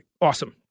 awesome